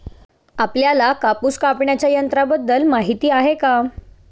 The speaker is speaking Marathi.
आपल्याला कापूस कापण्याच्या यंत्राबद्दल माहीती आहे का?